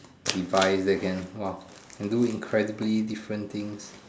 three five seconds they can !wah! can do incredibly different things